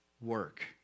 work